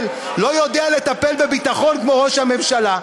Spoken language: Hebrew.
לא יודע לטפל בביטחון כמו ראש הממשלה.